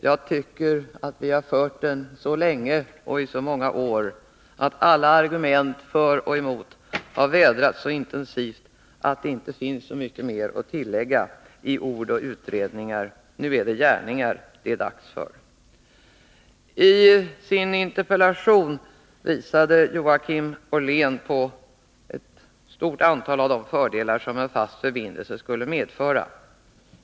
Jag tycker att vi har fört den i så många år att alla argument för och emot borde ha vädrats så intensivt att det inte skulle finnas så mycket mer att tillägga i form av ord och utredningar. Nu är det dags för gärningar! Joakim Ollén visade i sin interpellation på ett stort antal av de fördelar som en fast förbindelse skulle medföra.